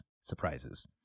surprises